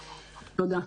תודה.